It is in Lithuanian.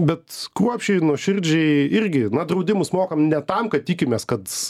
bet kruopščiai nuoširdžiai irgi na draudimus mokam ne tam kad tikimės kad